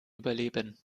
überleben